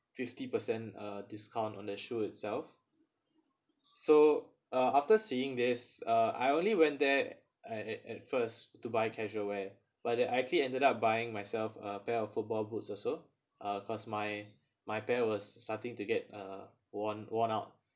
fifty percent uh discount on the shoe itself so uh after seeing this uh I only went there at at first to buy casual wear but I actually ended up buying myself a pair of football boots also uh cause my my pair was starting to get a worn worn out